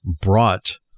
brought